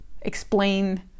explain